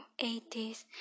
80s